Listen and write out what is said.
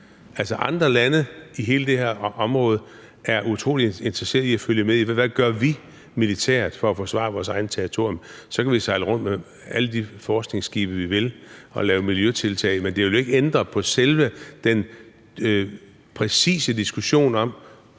andre lande i hele det her område er utrolig interesserede i at følge med i, hvad vi gør militært for at forsvare vores eget territorium? Så kan vi sejle rundt med alle de forskningsskibe, vi vil, og lave miljøtiltag, men det vil jo ikke ændre på selve den præcise diskussion om,